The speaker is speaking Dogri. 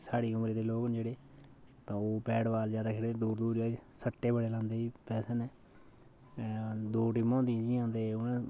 साढ़ी उमरी दे लोक न जेह्ड़े ते ओह् बैट बाल ज्यादा खेढदे दूर दूर दे सट्टे बड़े लांदे जी पैसे दे दो टीमां होंदियां जियां ते उनें